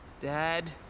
Dad